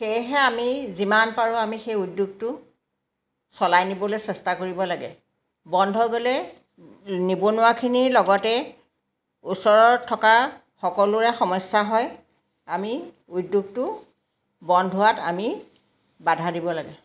সেয়েহে আমি যিমান পাৰোঁ আমি সেই উদ্যোগটো চলাই নিবলৈ চেষ্টা কৰিব লাগে বন্ধ হৈ গ'লে নিবনুৱাখিনিৰ লগতে ওচৰত থকা সকলোৰে সমস্যা হয় আমি উদ্যোগটো বন্ধ হোৱাত আমি বাধা দিব লাগে